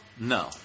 No